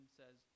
says